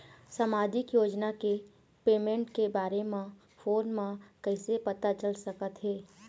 सामाजिक योजना के पेमेंट के बारे म फ़ोन म कइसे पता चल सकत हे?